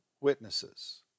witnesses